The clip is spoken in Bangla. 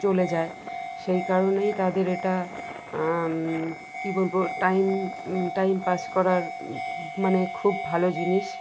চলে যায় সেই কারণেই তাদের এটা কী বলবো টাইম টাইম পাস করার মানে খুব ভালো জিনিস